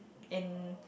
and